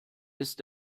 ist